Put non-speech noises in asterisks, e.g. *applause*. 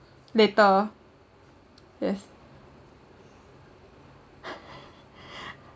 later yes *laughs*